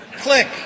click